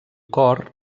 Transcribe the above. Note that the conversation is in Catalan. cor